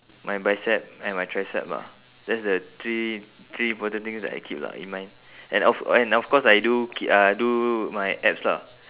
my bicep and my tricep lah that's the three three important things that I keep lah in mind and of and of course I do ke~ I do my abs lah